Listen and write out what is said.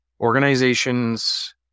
organizations